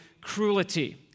cruelty